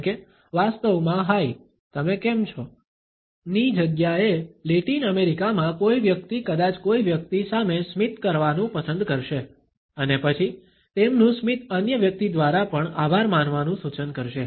જેમકે વાસ્તવમાં હાય તમે કેમ છો ની જગ્યાએ લેટિન અમેરિકામાં કોઈ વ્યક્તિ કદાચ કોઈ વ્યક્તિ સામે સ્મિત કરવાનું પસંદ કરશે અને પછી તેમનું સ્મિત અન્ય વ્યક્તિ દ્વારા પણ આભાર માનવાનું સૂચન કરશે